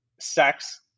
sex